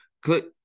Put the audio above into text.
Click